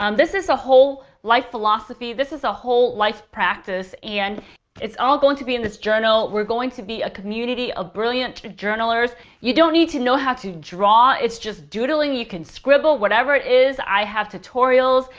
um this is a whole life philosophy. this is a whole life practice. and it's all going to be in this journal. we're going to be a community of brilliant journalers. you don't need to know how to draw. it's just doodling, you can scribble. whatever it is, i have tutorials.